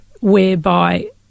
whereby